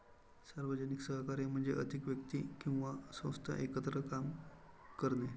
सार्वजनिक सहकार्य म्हणजे अधिक व्यक्ती किंवा संस्था एकत्र काम करणे